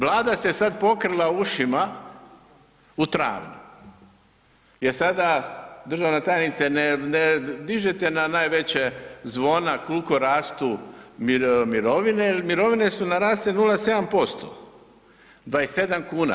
Vlada se sada pokrila ušima u travnju jer sada državna tajnice ne dižete na najveća zvona koliko rastu mirovine jel mirovine su narasle 0,7% 27 kuna.